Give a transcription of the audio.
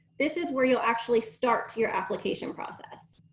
this is where you'll actually start to your application process.